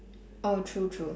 oh true true